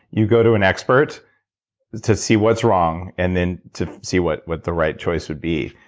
you go to an expert to see what's wrong and then to see what what the right choice would be.